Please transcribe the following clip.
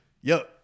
yo